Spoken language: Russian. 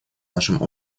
нашим